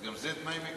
לא זה.